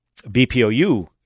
BPOU